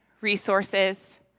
resources